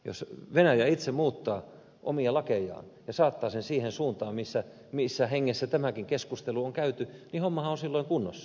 jos venäjä itse muuttaa omia lakejaan ja saattaa ne siihen suuntaan missä hengessä tämäkin keskustelu on käyty niin hommahan on silloin kunnossa